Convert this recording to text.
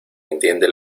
entiende